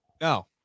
No